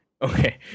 Okay